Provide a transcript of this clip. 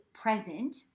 present